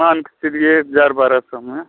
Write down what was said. मान के चलिए हज़ार बारह सौ में